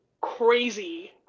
crazy